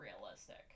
realistic